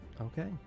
Okay